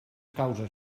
causes